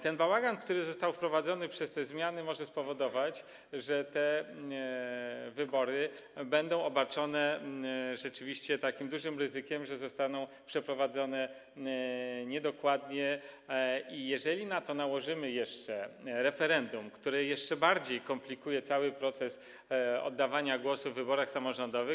Ten bałagan, który został wprowadzony przez te zmiany, może spowodować, że te wybory będą obarczone rzeczywiście takim dużym ryzykiem, że zostaną przeprowadzone niedokładnie, jeżeli dodatkowo nałożymy na to referendum, które jeszcze bardziej komplikuje cały proces oddawania głosu w wyborach samorządowych.